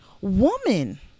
woman